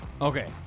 okay